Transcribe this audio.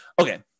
okay